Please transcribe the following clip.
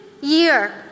year